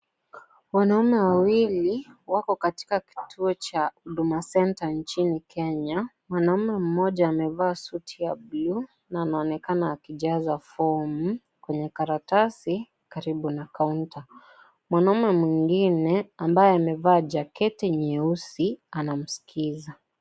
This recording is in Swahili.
Wanaume wawili wako katika kituo cha Huduma Center nchini Kenya. Mwanaume mmoja amevaa suti ya buluu, na anaonekana akijaza (cs) formu (cs) kwenye karatasi karibu na (cs) kaunta (cs). Mwanaume mwingine ambaye amevaa jaketi nyeusi anamsikiza.